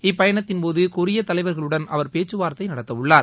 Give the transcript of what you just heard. இப்பயணத்தின் போது கொரிய தலைவர்களுடன் அவர் பேச்சுவார்த்தை நடத்த உள்ளார்